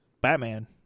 Batman